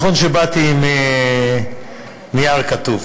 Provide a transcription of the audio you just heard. נכון שבאתי עם נייר כתוב,